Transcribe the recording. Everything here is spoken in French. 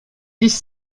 dix